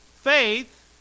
Faith